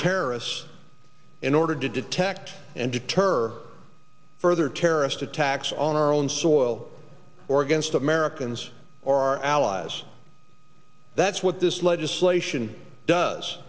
terrorists in order to detect and deter further terrorist attacks on our own soil or against americans or our allies that's what this legislation does